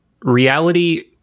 reality